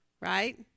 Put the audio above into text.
right